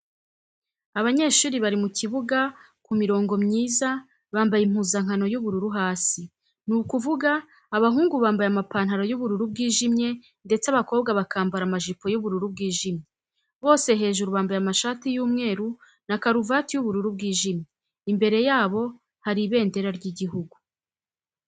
Abanyeshuri bari mu kibuga ku mirongo myiza bambaye impuzankano y'ubururu hasi; ni ukuvuga abahungu bambaye amapantaro y'ubururu bwijimye ndetse abakobwa bakambara amajipo y'ubururu bwijimye. Bose hejuru bambaye amashati y'umweru na karuvati y'ubururu bwijimye. Imbere yabo hari ibendera ry'Igihugu.